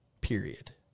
period